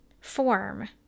form